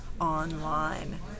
online